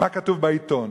מה כתוב בעיתון,